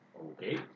Okay